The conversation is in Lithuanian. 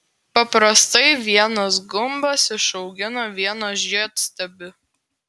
paprastai vienas gumbas išaugina vieną žiedstiebį